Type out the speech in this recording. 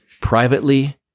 privately